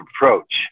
approach